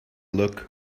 look